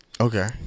Okay